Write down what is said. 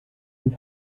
rief